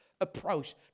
approach